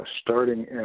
starting